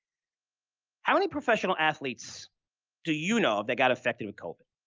how many professional athletes do you know that got affected with covid?